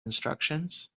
instructions